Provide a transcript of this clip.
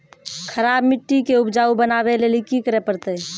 खराब मिट्टी के उपजाऊ बनावे लेली की करे परतै?